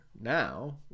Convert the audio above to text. now